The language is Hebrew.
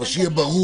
אבל שיהיה ברור.